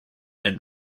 and